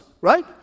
right